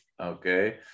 Okay